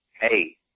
hey